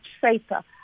safer